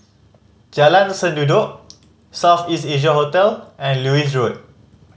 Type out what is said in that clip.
Jalan Sendudok South East Asia Hotel and Lewis Road